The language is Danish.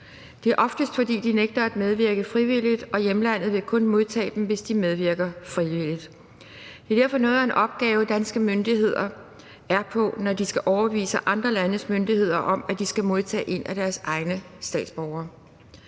Det er oftest, fordi de nægter at medvirke frivilligt og hjemlandet kun vil modtage dem, hvis de medvirker frivilligt. Det er derfor noget af en opgave, danske myndigheder er på, når de skal overbevise andre landes myndigheder om, at de skal modtage en af deres egne statsborgere.